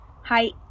Hi